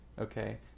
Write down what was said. okay